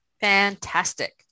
Fantastic